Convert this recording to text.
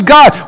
God